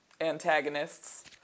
antagonists